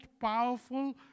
powerful